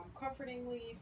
comfortingly